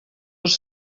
els